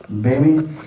baby